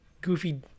goofy